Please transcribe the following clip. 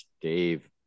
Dave